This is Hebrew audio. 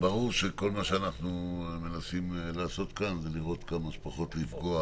ברור שכל מה שאנחנו מנסים לעשות כאן זה כמה שפחות לפגוע